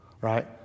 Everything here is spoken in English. right